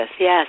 Yes